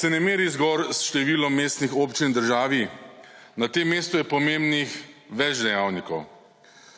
se ne meri zgolj z številom mestnih občin v državi. Na tem mestu je potrebno več dejavnikov,